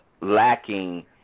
lacking